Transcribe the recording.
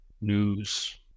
news